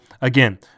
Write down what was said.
again